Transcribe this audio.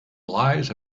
lies